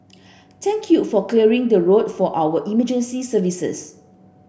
thank you for clearing the road for our emergency services